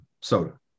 soda